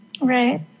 Right